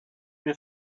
mir